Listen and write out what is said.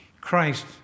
Christ